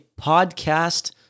podcast